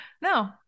No